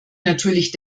natürlich